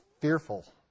fearful